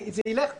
זה ילך בעיקרון,